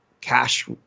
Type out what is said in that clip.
cash